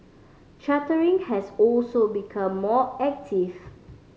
chartering has also become more active